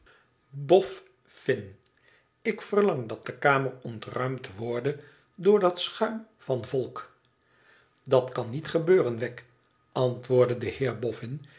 i ik verlang dat de kamer ontruimd worde door dat schuim van volk dat kan niet gebeuren wegg antwoordde de